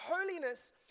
holiness